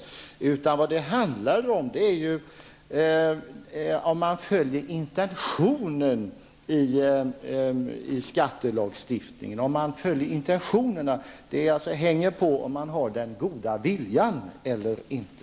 Vad det i stället handlar om är om man följer intentionerna i skattelagstiftningen. Vad det hela hänger på är alltså om den goda viljan finns eller inte.